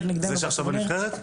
הופיע באולימפיאדה.